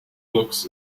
books